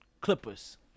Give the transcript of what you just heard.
Clippers